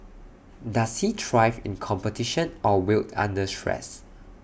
does he thrive in competition or wilt under stress